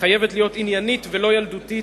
חייבת להיות עניינית, ולא ילדותית,